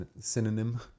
synonym